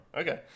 Okay